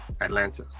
Atlanta